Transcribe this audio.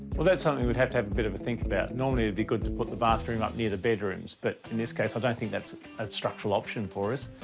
well, that's something we'd have to have a bit of a think about. normally, it'd be good to put the bathroom up near the bedrooms, but in this case, i don't think that's a structural option for us,